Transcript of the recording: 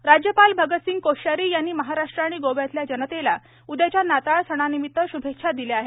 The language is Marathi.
नाताळ राज्यपाल राज्यपाल भगतसिंह कोश्यारी यांनी महाराष्ट्र आणि गोव्यातल्या जनतेला उद्याच्या नाताळ सणानिमित श्भेच्छा दिल्या आहेत